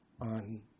on